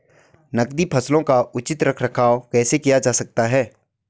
नकदी फसलों का उचित रख रखाव कैसे किया जा सकता है?